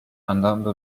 andando